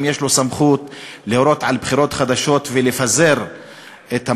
לא המליצה על זה, לא